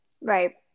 Right